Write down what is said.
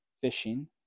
fishing